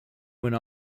went